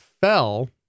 fell